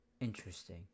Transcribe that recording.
Interesting